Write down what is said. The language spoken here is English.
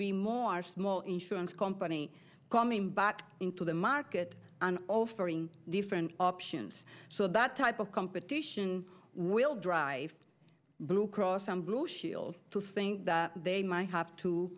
be more small insurance company coming back into the market and offering different options so that type of competition will drive blue cross blue shield to think that they might have to